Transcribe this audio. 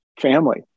family